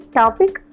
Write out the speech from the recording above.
topic